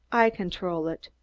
i control it.